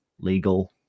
legal